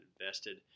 invested